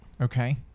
Okay